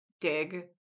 dig